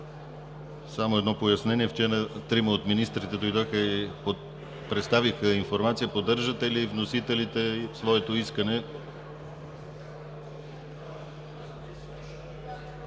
Само едно пояснение – вчера трима от министрите дойдоха и представиха информация. Поддържате ли, вносителите, своето искане?